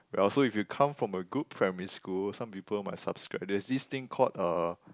well so if you come from a good primary school some people might subscribe there's this thing called uh